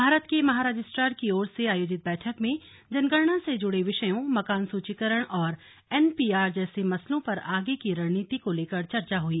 भारत के महारजिस्ट्रार की ओर से आयोजित बैठक में जनगणना से जुड़े विषयो मकान सूचीकरण और एनपीआर जैसे मसलों पर आगे की रणनीति को लेकर चर्चा हुई